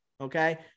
okay